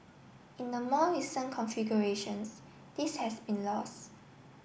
in the more recent configurations this has been lost